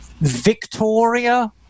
Victoria